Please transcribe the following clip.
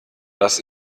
das